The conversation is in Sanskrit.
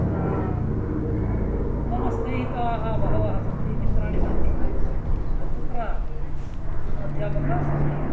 मम स्नेहिताः बहवः सन्ति मित्राणि सन्ति तत्र अध्यापकाः सन्ति